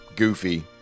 Goofy